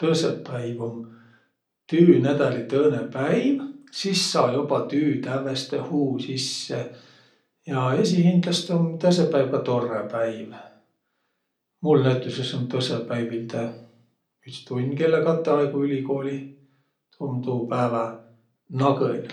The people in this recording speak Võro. Tõõsõpäiv um tüünädäli tõõnõ päiv. Sis saa joba tüü tävveste huu sisse. Ja esiqhindäst um tõõsõpäiv ka torrõ päiv. Mul näütüses um tõõsõpäivilde üts tunn kellä katõ aigo ülikoolih. Tuu um tuu päävä nagõl.